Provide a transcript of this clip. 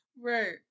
Right